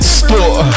store